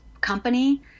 company